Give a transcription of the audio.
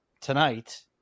tonight